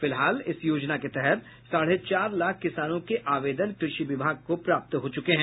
फिलहाल इस योजना के तहत साढ़े चार लाख किसानों के आवेदन कृषि विभाग को प्राप्त हो चुके हैं